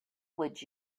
would